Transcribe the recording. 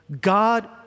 God